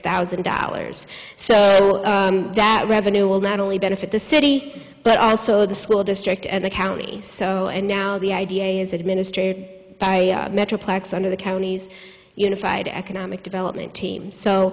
thousand dollars so that revenue will not only benefit the city but also the school district and the county so and now the idea is administered by metroplex under the county's unified economic development team so